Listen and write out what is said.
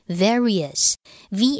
various，v